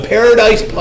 Paradise